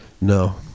No